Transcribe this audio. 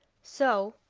so,